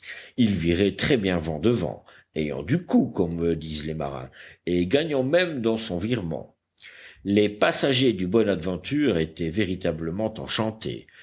il virait très bien vent devant ayant du coup comme disent les marins et gagnant même dans son virement les passagers du bonadventure étaient véritablement enchantés